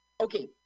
Okay